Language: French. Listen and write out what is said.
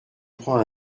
prends